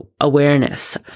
awareness